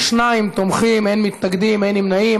42 תומכים, אין מתנגדים ואין נמנעים.